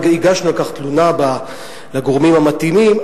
הגשנו על כך תלונה לגורמים המתאימים,